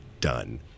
done